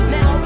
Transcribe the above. Now